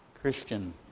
Christian